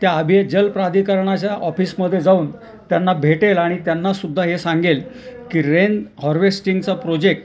त्या आबि जल प्राधिकरणाच्या ऑफिसमध्ये जाऊन त्यांना भेटेल आणि त्यांनासुद्धा हे सांगेल की रेन हॉर्वेस्टिंगचा प्रोजेक